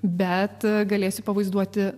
bet galėsiu pavaizduoti